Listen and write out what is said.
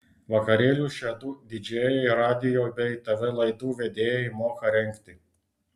vakarėlius šie du didžėjai radijo bei tv laidų vedėjai moka rengti